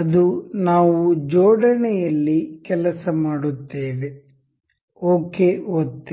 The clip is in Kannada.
ಅದು ನಾವು ಜೋಡಣೆ ಯಲ್ಲಿ ಕೆಲಸ ಮಾಡುತ್ತೇವೆ ಓಕೆ ಒತ್ತಿ